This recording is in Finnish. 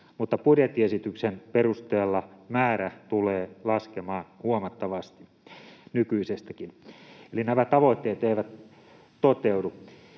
mutta budjettiesityksen perusteella määrä tulee laskemaan huomattavasti nykyisestäkin, eli nämä tavoitteet eivät toteudu.